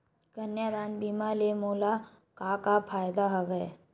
कन्यादान बीमा ले मोला का का फ़ायदा हवय?